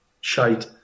shite